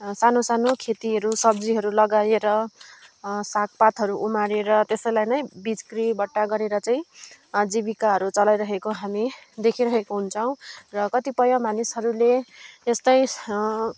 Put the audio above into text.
सानो सानो खेतीहरू सब्जीहरू लगाएर सागपातहरू उमारेर त्यसैलाई नै बिक्रीबटा गरेर चाहिँ जीविकाहरू चलाइरहेको हामी देखिरहेको हुन्छौँ र कतिपय मानिसहरूले यस्तै